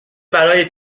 برای